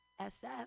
SF